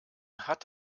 hat